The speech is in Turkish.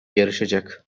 yarışacak